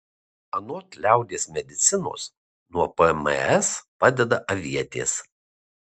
anot liaudies medicinos nuo pms padeda avietės